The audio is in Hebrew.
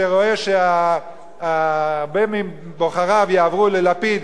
שרואה שהרבה מבוחריו יעברו ללפיד,